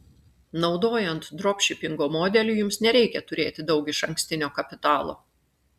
naudojant dropšipingo modelį jums nereikia turėti daug išankstinio kapitalo